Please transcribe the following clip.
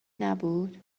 نبود